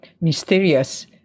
mysterious